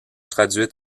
traduites